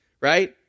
right